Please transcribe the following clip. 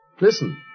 Listen